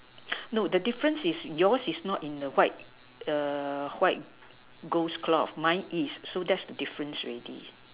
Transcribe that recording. no the difference is yours is not in the white white ghost cloth mine is so that's the difference already